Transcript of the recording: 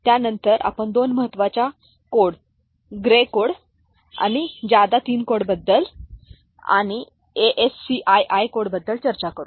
त्यानंतर आपण दोन महत्वाच्या कोड ग्रे कोड आणि जादा 3 कोडबद्दल आणि ASCII कोडबद्दल चर्चा करू